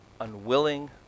unwilling